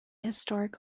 historic